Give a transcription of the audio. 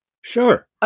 Sure